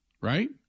right